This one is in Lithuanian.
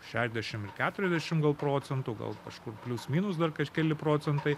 šešiasdešimt ir keturiasdešimt procentų gal kažkur plius minus dar keli procentai